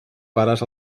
pares